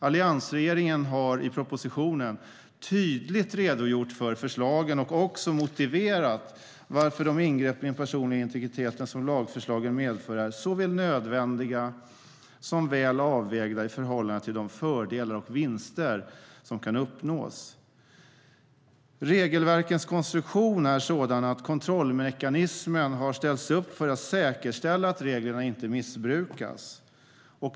Alliansregeringen har i propositionen tydligt redogjort för förslagen och också motiverat varför de ingrepp i den personliga integriteten som lagförslagen medför är såväl nödvändiga som väl avvägda i förhållande till de fördelar och vinster som kan uppnås. Regelverkens konstruktion är sådan att kontrollmekanismer har ställts upp för att säkerställa att reglerna inte missbrukas.